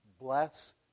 Bless